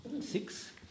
six